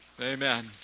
Amen